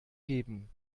geben